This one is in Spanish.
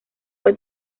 fue